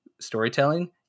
storytelling